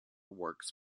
works